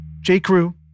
J.Crew